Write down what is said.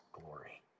glory